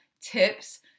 tips